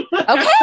Okay